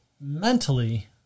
mentally